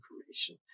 information